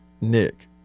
Nick